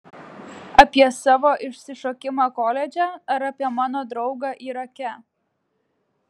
apie savo išsišokimą koledže ar apie mano draugą irake